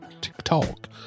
tiktok